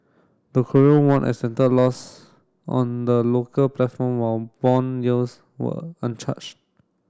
the Korean won extended losses on the local platform while bond yields were uncharged